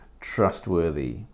trustworthy